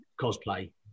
cosplay